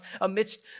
amidst